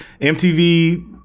MTV